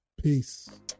Peace